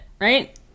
right